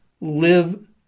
live